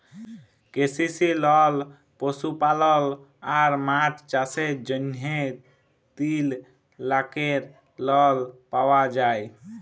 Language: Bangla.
কে.সি.সি লল পশুপালল আর মাছ চাষের জ্যনহে তিল লাখের লল পাউয়া যায়